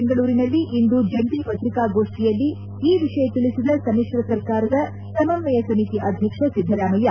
ದೆಂಗಳೂರಿನಲ್ಲಿಂದು ಜಂಟ ಪ್ರತಿಕಾಗೋಷ್ಠಿಯಲ್ಲಿ ಈ ವಿಷಯ ತೀಸಿದ ಸಮಿತ್ರ ಸರ್ಕಾರದ ಸಮಸ್ವಯ ಸಮಿತಿ ಅಧ್ಯಕ್ಷ ಸಿದ್ದರಾಮಯ್ಲ